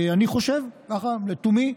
אני חושב, ככה לתומי,